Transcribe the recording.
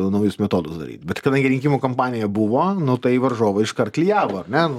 naujus metodus daryt bet kadangi rinkimų kampanija buvo nu tai varžovai iškart klijavo ar ne nu